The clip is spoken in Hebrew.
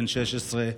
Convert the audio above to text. בן 16,